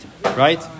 right